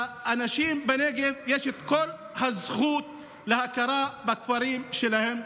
לאנשים בנגב יש את כל הזכות להכרה בכפרים שלהם.